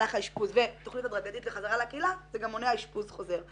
במהלך האשפוז ותכנית הדרגתית לחזרה לקהילה זה גם מונע אשפוז חוזר.